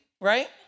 right